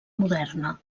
moderna